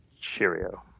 Cheerio